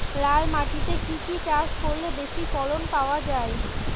লাল মাটিতে কি কি চাষ করলে বেশি ফলন পাওয়া যায়?